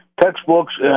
textbooks